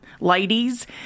Ladies